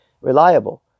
reliable